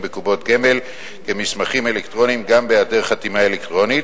בקופות גמל כמסמכים אלקטרוניים גם בהיעדר חתימה אלקטרונית,